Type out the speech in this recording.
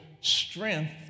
strength